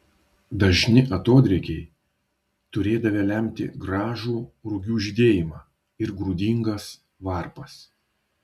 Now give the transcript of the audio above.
dažni atodrėkiai turėdavę lemti gražų rugių žydėjimą ir grūdingas varpas